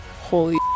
holy